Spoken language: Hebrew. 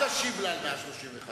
כל טוב.